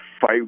fight